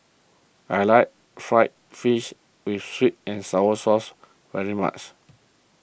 I like Fried Fish with Sweet and Sour Sauce very much